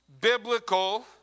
biblical